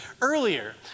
earlier